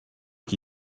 qui